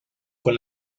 con